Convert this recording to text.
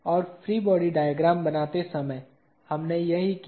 और free body diagram बनाते समय हमने यही किया